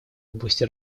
области